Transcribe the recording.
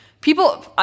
People